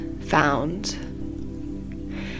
found